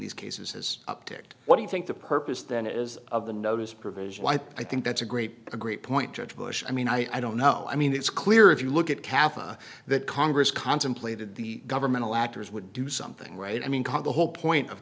these cases has uptick what do you think the purpose then is of the notice provision i think that's a great a great point judge bush i mean i don't know i mean it's clear if you look at katha that congress contemplated the governmental actors would do something right i mean called the whole point of